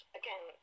again